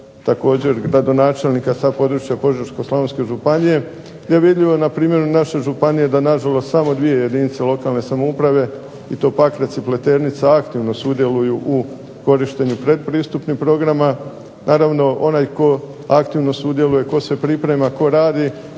također gradonačelnika sa područja Požeško-slavonske županije, gdje je vidljivo na primjeru naše županije da na žalost samo dvije jedinice lokalne samouprave, i to Pakrac i Pleternica aktivno sudjeluju u korištenju pretpristupnih programa. Naravno onaj tko aktivno sudjeluje, tko se priprema, tko radi,